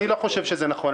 אני חושב שזה לא נכון.